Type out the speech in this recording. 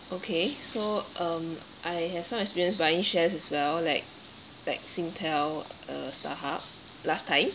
okay so um I have some experience buying shares as well like like Singtel uh Starhub last time